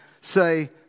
say